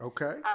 Okay